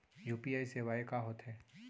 UPI सेवाएं का होथे?